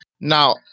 now